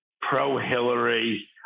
pro-Hillary